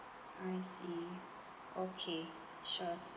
I see okay sure